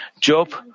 Job